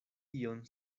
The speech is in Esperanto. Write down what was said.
ion